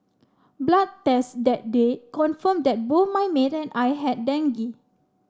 blood tests that day confirmed that both my maid and I had dengue